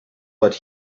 what